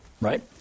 Right